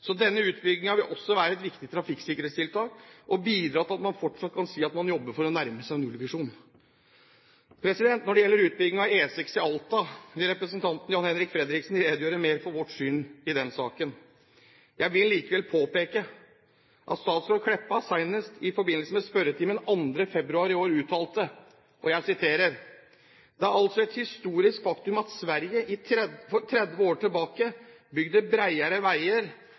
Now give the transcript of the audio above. så denne utbyggingen vil også være et viktig trafikksikkerhetstiltak og bidra til at man fortsatt kan si at man jobber for å nærme seg nullvisjonen. Når det gjelder utbyggingen av E6 i Alta, vil representanten Jan-Henrik Fredriksen redegjøre mer for vårt syn i den saken. Jeg vil likevel påpeke at statsråd Kleppa senest i forbindelse med spørretimen 2. februar i år uttalte: «Det er altså eit historisk faktum at Sverige 30 år tilbake bygde